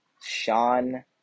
Sean